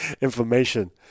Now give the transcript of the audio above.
information